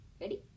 Ready